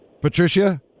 Patricia